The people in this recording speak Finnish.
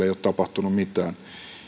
ei ole tapahtunut mitään